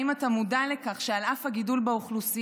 האם אתה מודע לכך שעל אף הגידול באוכלוסייה